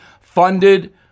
funded